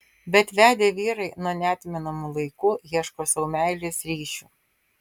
bet vedę vyrai nuo neatmenamų laikų ieško sau meilės ryšių